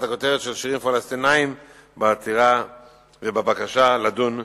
הכותרת של שירים פלסטיניים בעתירה ובבקשה לדון בכנסת.